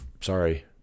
sorry